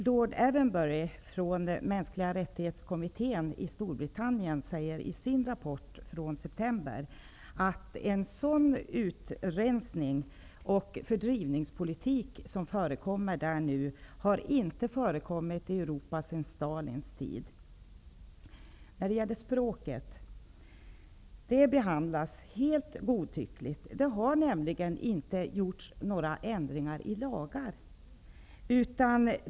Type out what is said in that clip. Lord Storbritannien säger i sin rapport från september att en sådan utrensnings och fördrivningspolitik som förekommer där nu, inte har förekommit i Språkfrågan behandlas helt godtyckligt. Det har nämligen inte gjorts ändringar i några lagar.